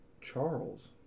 Charles